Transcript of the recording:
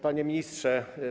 Panie Ministrze!